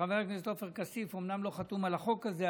שחבר הכנסת עופר כסיף אומנם לא חתום על החוק הזה,